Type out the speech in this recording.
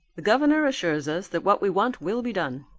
the governor assures us that what we want will be done.